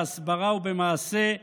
בהסברה ובמעשה,